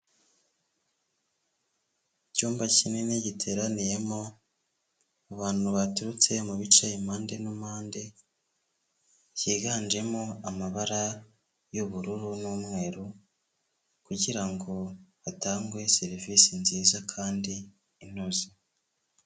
Icyumba kinini giteraniyemo abantu baturutse mu bice, impande n'impande, higanjemo amabara y'ubururu n'umweru kugira ngo hatangwe serivisi nziza kandi inoze.